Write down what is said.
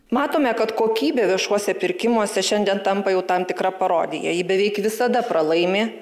matome kad kokybė viešuosiuose pirkimuose šiandien tampa jau tam tikra parodija ji beveik visada pralaimi